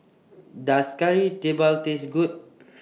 Does Kari Debal Taste Good